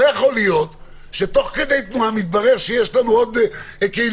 לא יכול להיות שתוך כדי תנועה מתברר שיש לנו עוד כלים,